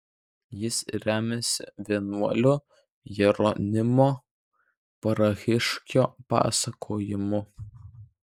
jis remiasi vienuolio jeronimo prahiškio pasakojimu